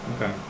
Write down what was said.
Okay